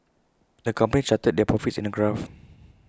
the company charted their profits in A graph